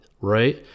right